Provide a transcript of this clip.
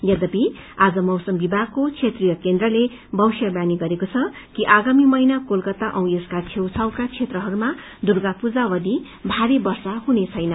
यद्यपि आज मौसम विभागको क्षेत्रीय केन्द्रले भविष्यवाणी गरेको छ कि आगामी महीना कलकता औ यसका छेउछाउका क्षेत्रहरूमा दुर्गा पूजा अवधि भारी वर्षा हुनेछैन